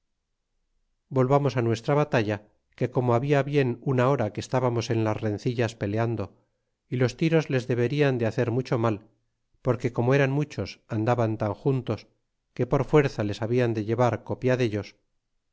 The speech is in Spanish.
volvamos a nuestra batalla que como habla bien una hora que estábamos en las rencillas peleando y los tiros les deberian de hacer mucho mal porque como eran muchos andaban tan juntos quepor fuerza les hablan de llevar copia dellos